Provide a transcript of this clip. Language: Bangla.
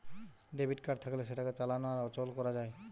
ডেবিট কার্ড থাকলে সেটাকে চালানো আর অচল করা যায়